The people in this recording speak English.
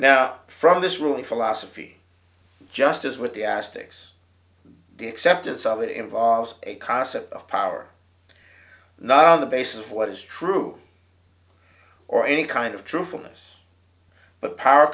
now from this ruling philosophy just as with the asterix the acceptance of it involves a concept of power not on the basis of what is true or any kind of truthfulness but power